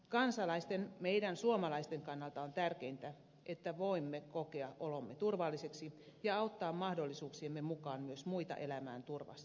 kansalaisten meidän suomalaisten kannalta on tärkeintä että voimme kokea olomme turvalliseksi ja auttaa mahdollisuuksiemme mukaan myös muita elämään turvassa